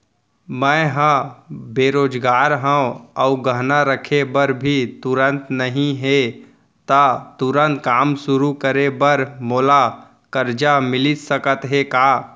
मैं ह बेरोजगार हव अऊ गहना रखे बर भी तुरंत नई हे ता तुरंत काम शुरू करे बर मोला करजा मिलिस सकत हे का?